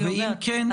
ואם כן,